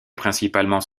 principalement